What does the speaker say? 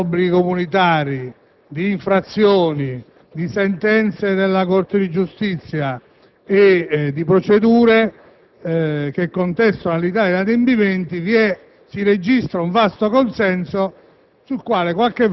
di attuazione di obblighi comunitari, di infrazioni, di sentenze della Corte di giustizia e di procedure che contestano all'Italia inadempimenti, si registra un vasto consenso